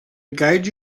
guide